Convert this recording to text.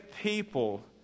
people